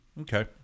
Okay